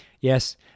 Yes